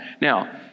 Now